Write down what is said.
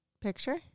picture